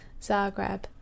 Zagreb